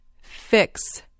Fix